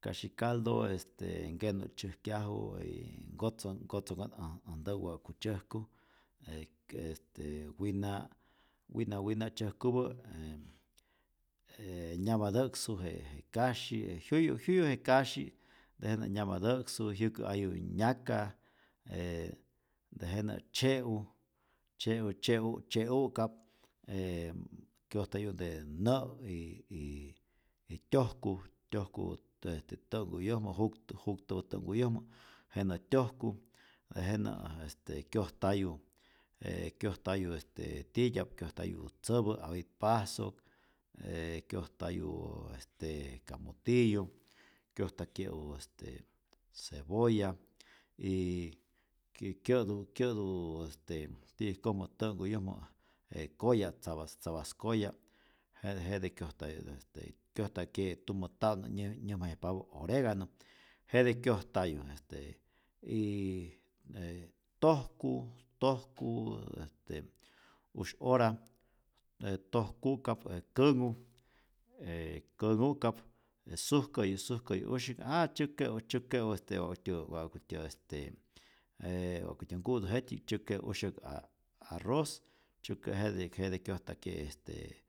kasyi caldo este nkenu't tzyäjkyaju ee nkotzon nkotzonh'u't äj ntäwä wa'ku tzyäjku e e este wina' wina wina tzyäjkupä e je nyamatäksu je kasyi, jyuyu jyuyu je kasyi tejenä nyatäksu, jyäkä'ayu nyaka, ee tejenä tzye'u, tzye'u tzye'u tzye'u'ka'p ee kyojtayu'nte nä' y y tyojku, tyojku tä'nhkuyojmä juktä juktä tä'nhkuyojmä jenä tyojku, tejenä este kyojtayu ee kyojtayu este titya'p, kyojtayu tzäpä', apit pasok, ee kyojtayu este kamotiyu, kyojtakye'u este cebolla yy kyä'tä kyä'tu este ti'yäjkojmä tä'nkuyojmä je koya' tzapas tzapas koya, jete jete kyojtayu este, kyojtakye' tumä ta'nä nyä nyäjmayajpapä oreganu, jete kyojtayu este yyyy ee tojku tojku este usy'ora e tojku'ka'p e känhu e känh'u'kap sujkäyu sujkäyu usyäk a tzyäk'ke'u tzyäk'ke'u este waktyä wa'kutyä este ee wa'kutyä nku'tu jety'ji'k tzyä'k'ke' usyäk a arroz, tzyäk'ke' jete, jete kyojtakye' este